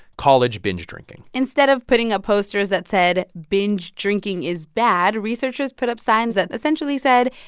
college binge-drinking instead of putting up posters that said binge-drinking is bad, researchers put up signs that essentially said,